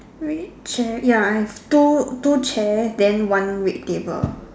red chair ya I have two two chair then one red table